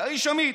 אתה איש אמיד.